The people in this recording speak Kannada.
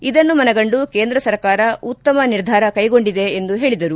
ಇದನ್ನು ಮನಗಂಡು ಕೇಂದ್ರ ಸರ್ಕಾರ ಉತ್ತಮ ನಿರ್ಧಾರ ಕೈಗೊಂಡಿದೆ ಎಂದು ಹೇಳಿದರು